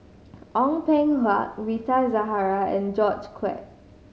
Ong Peng Hua Rita Zahara and George Quek